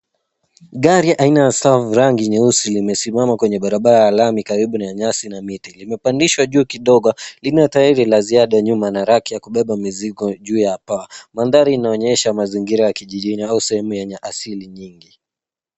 Gari aina ya SUV rangi nyeusi limesimama kwenye barabara ya lami karibu na nyasi na miti, limepandishwa juu kidogo. Lina tairi la ziada nyuma na raki ya kubeba mizigo juu ya paa. Mandhari inaonyesha mazingira ya kijijini au sehemu yenye asili nyingi.